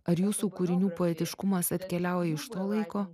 ar jūsų kūrinių poetiškumas atkeliauja iš to laiko